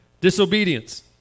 Disobedience